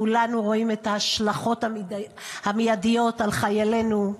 כולנו רואים את ההשלכות המיידיות על חיילינו,